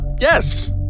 yes